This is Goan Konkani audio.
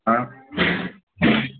आं